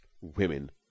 women